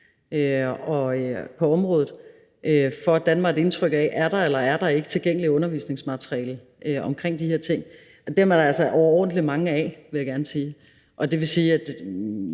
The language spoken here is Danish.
på området, for at jeg kan danne mig et indtryk af, om der er eller ikke er tilgængeligt undervisningsmateriale omkring de her ting. Dem er der altså overordentlig mange af, vil jeg gerne sige. Derfor kan jeg